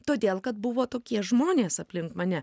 todėl kad buvo tokie žmonės aplink mane